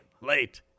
late